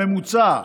הממוצע.